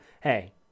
hey